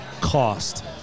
cost